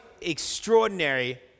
extraordinary